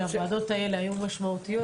הוועדות האלה היו כל כך משמעותיות,